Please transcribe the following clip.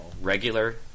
regular